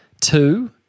two